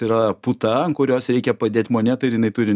yra puta ant kurios reikia padėt monetą ir jinai turi